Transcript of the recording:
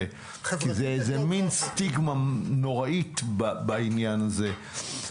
כי זה מין סטיגמה נוראית בעניין הזה.